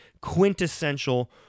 quintessential